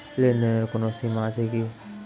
লেনদেনের কোনো সীমা আছে কি?